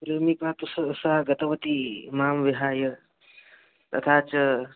प्रेमिका तु स् सा गतवती मां विहाय तथा च